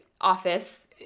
office